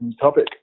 topic